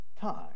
time